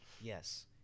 Yes